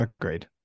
Great